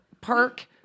park-